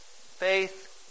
faith